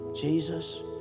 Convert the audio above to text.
Jesus